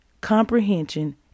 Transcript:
comprehension